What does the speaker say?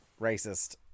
racist